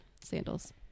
sandals